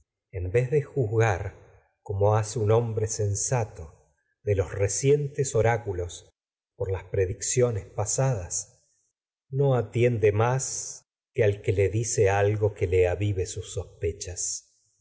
en vez de juzgar hace hombre sensato de los no recientes oráculos por las le pre dicciones pasadas atiende más que al que dice algo do que le avive con sus sospechas